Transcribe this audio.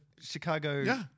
Chicago